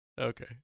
Okay